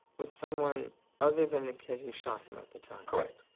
with someone other than the kid who shot him at the time? correct.